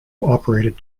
operated